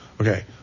Okay